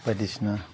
बायदिसिना